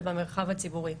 ובמרחב הציבורי.